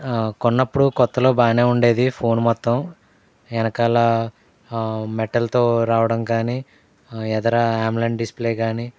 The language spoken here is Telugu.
కొన్నప్పుడు క్రొత్తలో బాగానే ఉండేది ఫోన్ మొత్తం వెనకాల మెటల్తో రావడం కాని ఎదర అమోల్ద్ డిస్ప్లే కానీ